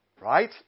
Right